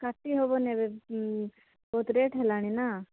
କାଟି ହେବନି ଏବେ ବହୁତ ରେଟ୍ ହେଲାଣିନା